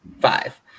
five